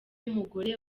mugore